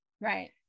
right